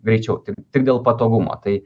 greičiau tai tik dėl patogumo tai